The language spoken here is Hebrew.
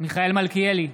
מיכאל מלכיאלי,